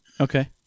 Okay